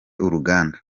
uruganda